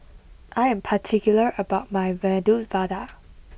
I am particular about my Medu Vada